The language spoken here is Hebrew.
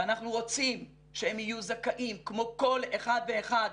ואנחנו רוצים שהם יהיו זכאים כמו כל אחד ואחד